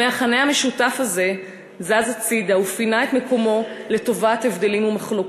המכנה המשותף הזה זז הצדה ופינה את מקומו לטובת הבדלים ומחלוקות,